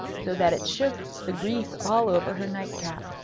so that it shook the grease all over her night-cap.